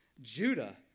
Judah